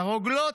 הרוגלות.